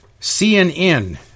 CNN